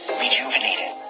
rejuvenated